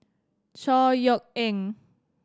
Chor Yeok Eng